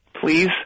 Please